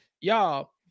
y'all